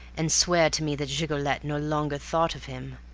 and swear to me that gigolette no longer thought of him.